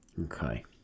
Okay